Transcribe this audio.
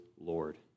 Lord